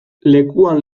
lekuan